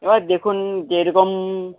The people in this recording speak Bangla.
এবার দেখুন যেরকম